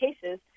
cases